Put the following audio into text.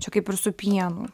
čia kaip ir su pienu